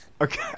Okay